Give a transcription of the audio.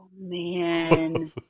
man